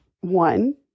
One